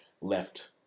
left